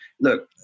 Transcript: look